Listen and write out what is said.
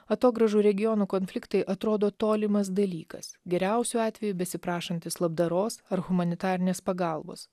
atogrąžų regionų konfliktai atrodo tolimas dalykas geriausiu atveju besiprašantis labdaros ar humanitarinės pagalbos